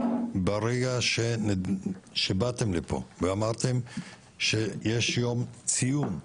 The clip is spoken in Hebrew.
ברגע שבאתם לפה ואמרתם שיש יום ציון,